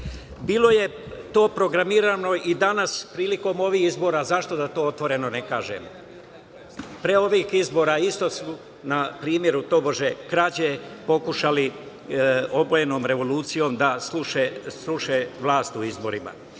je to programirano i danas prilikom ovih izbora, zašto da to ne kažem, isto su pre ovih izbora na primeru tobože, krađe pokušali obojenom revolucijom da sruše vlast u izborima.